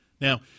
Now